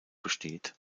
besteht